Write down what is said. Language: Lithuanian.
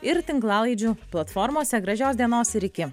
ir tinklalaidžių platformose gražios dienos ir iki